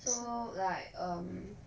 so like um